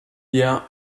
yeah